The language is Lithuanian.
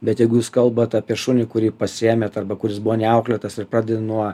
bet jeigu jūs kalbat apie šunį kurį pasiėmėt arba kuris buvo neauklėtas ir pradedi nuo